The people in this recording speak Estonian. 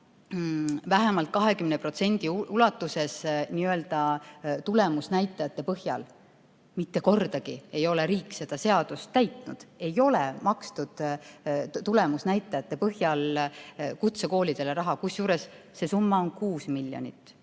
vähemalt 20% ulatuses n‑ö tulemusnäitajate põhjal. Mitte kordagi ei ole riik seda seadust täitnud, ei ole makstud tulemusnäitajate põhjal kutsekoolidele raha, kusjuures see summa on 6 miljonit